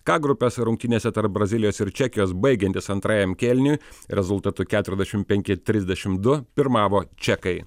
k grupės rungtynėse tarp brazilijos ir čekijos baigiantis antrajam kėliniui rezultatu keturiasdešim penki trisdešim du pirmavo čekai